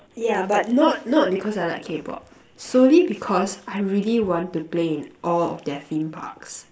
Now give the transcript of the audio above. yeah but not not because I like K-pop solely because I really want to play in all of their theme parks